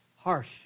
Harsh